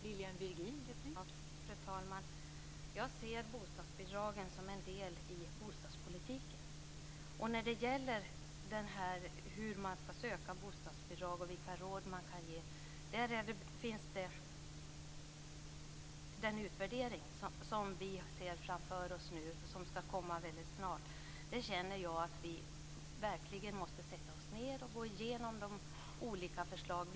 Fru talman! Jag ser bostadsbidragen som en del i bostadspolitiken. Det skall snart komma en utvärdering om hur bostadsbidrag skall sökas och vilka råd som skall ges. Vi måste verkligen gå igenom de olika förslagen.